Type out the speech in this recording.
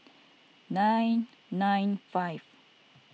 nine nine five